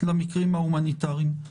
למקרים ההומניטריים.